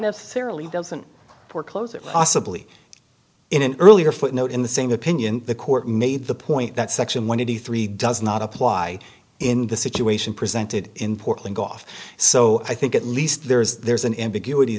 necessarily doesn't foreclose it possibly in an earlier footnote in the same opinion the court made the point that section one eighty three does not apply in the situation presented in portland off so i think at least there is there's an ambiguity